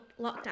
lockdown